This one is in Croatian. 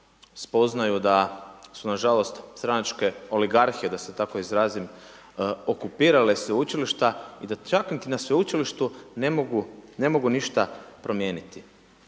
spoznaju da su na žalost stranačke oligarhije da se tako izrazim okupirale sveučilišta i da čak ni na sveučilištu ne mogu ništa promijeniti.